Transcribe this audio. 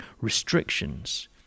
restrictions